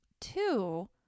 Two